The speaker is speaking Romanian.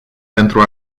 pentru